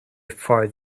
far